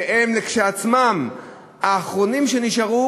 שהם כשלעצמם האחרונים שנשארו.